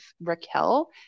Raquel